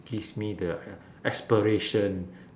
gives me the uh aspiration